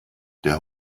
der